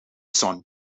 son